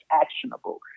actionable